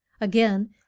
again